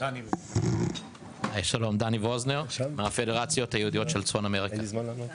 אני דני ווזנר מהפדרציות היהודיות של צפון אמריקה.